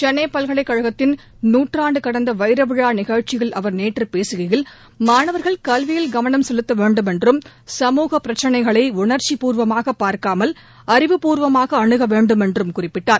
சென்னை பல்கலைக்கழகத்தின் நூறாண்டு கடந்த வைரவிழா நிகழ்ச்சியில் அவர் நேற்று பேசுகையில் மாணவர்கள் கல்வியில் கவனம் கெலுத்த வேண்டுமென்றும் சமூகப் பிரச்னைகளை உணர்ச்சிப்பூர்வமாகப் பார்க்காமல் அறிவுபூர்வமாக அனுக வேண்டுமென்றும் குறிப்பிட்டார்